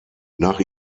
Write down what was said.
nach